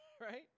right